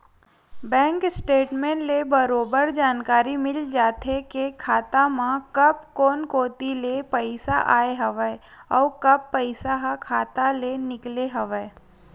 bank statement ले बरोबर जानकारी मिल जाथे के खाता म कब कोन कोती ले पइसा आय हवय अउ कब पइसा ह खाता ले निकले हवय